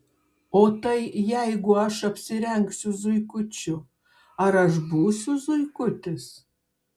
o tai jeigu aš apsirengsiu zuikučiu ar aš būsiu zuikutis